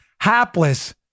Hapless